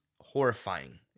horrifying